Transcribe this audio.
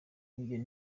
ibyo